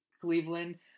Cleveland